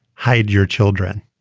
hide your children